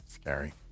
Scary